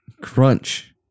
Crunch